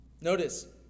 Notice